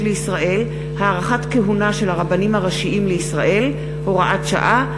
לישראל (הארכת כהונה של הרבנים הראשיים לישראל) (הוראת שעה),